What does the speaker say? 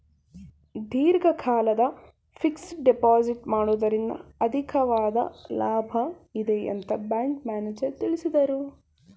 ದೀರ್ಘಕಾಲದ fixed deposit ಮಾಡುವುದರಿಂದ ಅಧಿಕವಾದ ಲಾಭ ಇದೆ ಅಂತ ಬ್ಯಾಂಕ್ ಮ್ಯಾನೇಜರ್ ತಿಳಿಸಿದರು